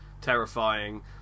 terrifying